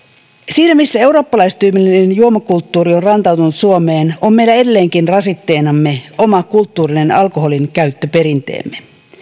siinä missä eurooppalaistyypillinen juomakulttuuri on rantautunut suomeen on meillä edelleenkin rasitteenamme oma kulttuurinen alkoholinkäyttöperinteemme